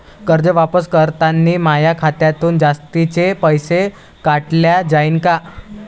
कर्ज वापस करतांनी माया खात्यातून जास्तीचे पैसे काटल्या जाईन का?